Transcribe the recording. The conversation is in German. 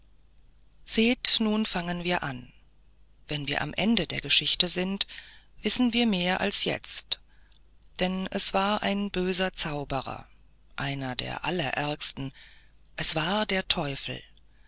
seht nun fangen wir an wenn wir am ende der geschichte sind wissen wir mehr als jetzt denn es war ein böser zauberer einer der allerärgsten es war der teufel